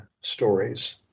stories